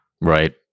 Right